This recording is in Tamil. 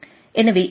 எனவே 802